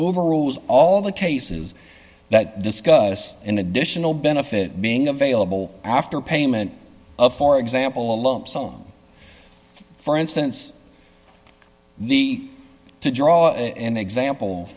overrules all the cases that discuss an additional benefit being available after payment of for example a lump sum for instance the to draw an example